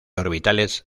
orbitales